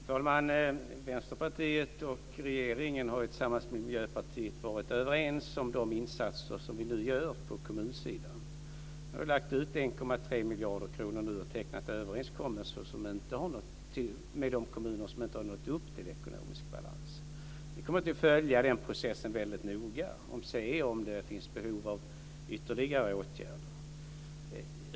Fru talman! Vänsterpartiet och regeringen har tillsammans med Miljöpartiet varit överens om de insatser som vi nu gör på kommunsidan. Vi har lagt ut 1,3 miljarder kronor och tecknat överenskommelser med de kommuner som inte har nått upp till ekonomisk balans. Vi kommer att följa den här processen väldigt noga och se om det finns behov av ytterligare åtgärder.